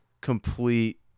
complete